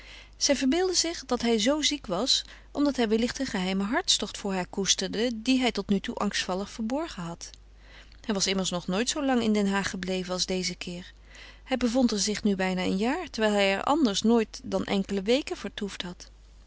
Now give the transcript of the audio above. zij verbeeldde zich dat hij zoo ziek was omdat hij wellicht een geheimen hartstocht voor haar koesterde dien hij tot nu toe angstvallig verborgen had hij was immers nog nooit zoo lang in den haag gebleven als dezen keer hij bevond er zich nu bijna een jaar terwijl hij er anders nooit dan enkele weken vertoefd had